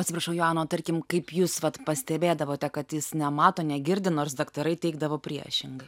atsiprašau joana o tarkim kaip jūs vat pastebėdavote kad jis nemato negirdi nors daktarai teigdavo priešingai